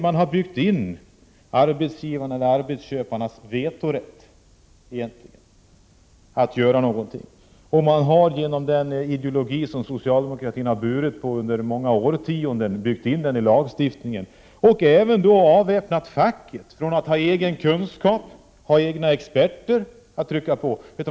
Man har byggt in vetorätt för arbetsköparna när det gäller att göra någonting, och man har även i lagstiftningen byggt in den ideologi som socialdemokratin burit på under många årtionden. På detta sätt har man även avväpnat facket när det gällt att ha egen kunskap, egna experter som kan trycka på.